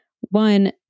One